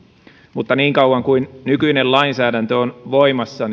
mutta niin kauan kuin nykyinen lainsäädäntö on voimassa